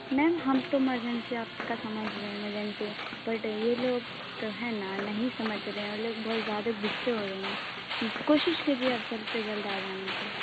میم ہم تو ایمرجنسی آپ کا سمجھ رہے ہیں ایمرجنسی بٹ یہ لوگ تو ہیں نا نہیں سمجھ رہے ہیں وہ لوگ بہت زیادہ غصے ہو رہے ہیں کوشش کریے آپ جلد سے جلد آ جانے کی